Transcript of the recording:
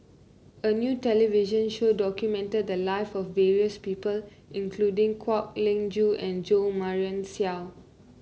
a new television show documented the live of various people including Kwek Leng Joo and Jo Marion Seow